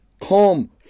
come